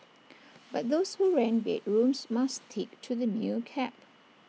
but those who rent bedrooms must stick to the new cap